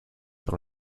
par